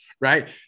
right